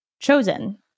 chosen